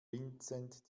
vincent